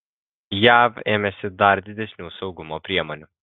jav ėmėsi dar didesnių saugumo priemonių